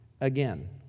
again